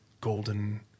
golden